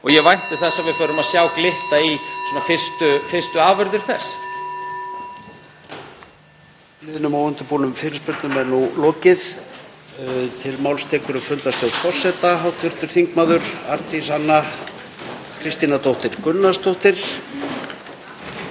og ég vænti þess að við förum að sjá glitta í fyrstu afurðir þess.